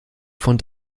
von